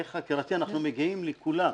אנחנו מגיעים לכולם,